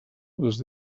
les